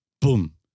Boom